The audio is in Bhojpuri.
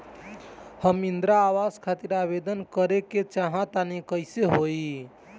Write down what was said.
हम इंद्रा आवास खातिर आवेदन करे क चाहऽ तनि कइसे होई?